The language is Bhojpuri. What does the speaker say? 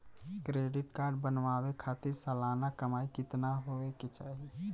क्रेडिट कार्ड बनवावे खातिर सालाना कमाई कितना होए के चाही?